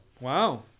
Wow